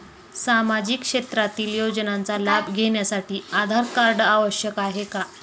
सामाजिक क्षेत्रातील योजनांचा लाभ घेण्यासाठी आधार कार्ड आवश्यक आहे का?